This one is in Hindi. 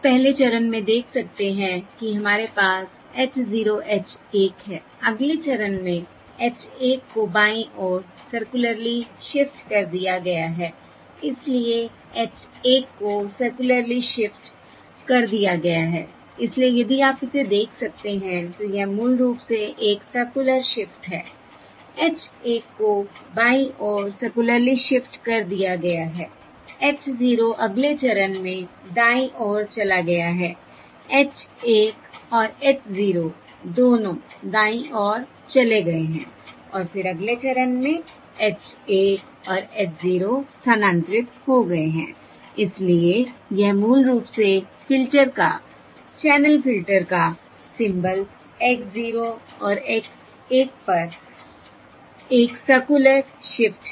तो आप पहले चरण में देख सकते हैं कि हमारे पास h 0 h 1 है अगले चरण में h 1 को बाईं ओर सर्कुलरली शिफ्ट कर दिया गया है इसलिए h 1 को सर्कुलरली शिफ्ट कर दिया गया है इसलिए यदि आप इसे देख सकते हैं तो यह मूल रूप से एक सर्कुलर शिफ्ट है h 1 को बाईं ओर सर्कुलरली शिफ्ट कर दिया गया है h 0 अगले चरण में दाईं ओर चला गया है h 1 और h 0 दोनों दाईं ओर चले गए हैं और फिर अगले चरण में h 1 और h 0 स्थानांतरित हो गए हैं इसलिए यह मूल रूप से फिल्टर का चैनल फ़िल्टर का सिंबल्स x 0 और x 1 पर एक सर्कुलर शिफ्ट है